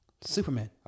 Superman